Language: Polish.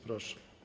Proszę.